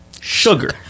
sugar